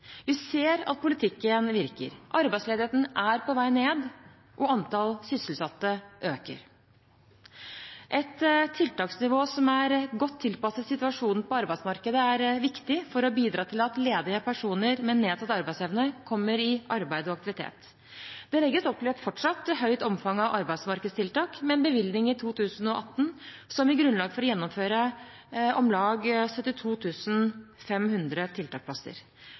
Vi ser at politikken virker. Arbeidsledigheten er på vei ned, og antall sysselsatte øker. Et tiltaksnivå som er godt tilpasset situasjonen på arbeidsmarkedet, er viktig for å bidra til at ledige personer med nedsatt arbeidsevne kommer i arbeid og aktivitet. Det legges opp til et fortsatt høyt omfang av arbeidsmarkedstiltak med en bevilgning i 2018 som gir grunnlag for å gjennomføre om lag 72 500 tiltaksplasser.